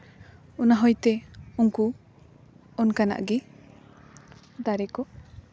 ᱚᱱᱟ ᱦᱩᱭᱮᱛᱮ ᱩᱱᱠᱩ ᱚᱱᱠᱟᱱᱟᱜ ᱜᱮ ᱫᱟᱨᱮ ᱠᱚ